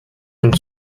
und